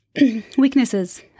weaknesses